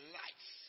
life